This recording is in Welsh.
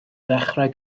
ddechrau